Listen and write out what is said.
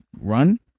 run